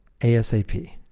ASAP